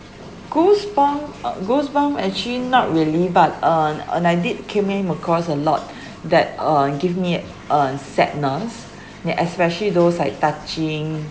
goosebump goosebump actually not really but uh and I did came in across a lot that uh give me uh sadness \ ya especially those like touching